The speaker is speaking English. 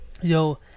Yo